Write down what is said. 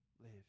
live